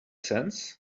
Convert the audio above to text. sense